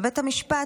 ובית המשפט,